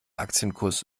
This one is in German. aktienkurs